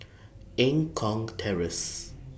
Eng Kong Terrace